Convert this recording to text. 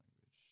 language